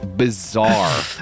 Bizarre